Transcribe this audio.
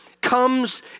comes